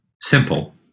simple